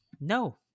no